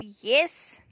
Yes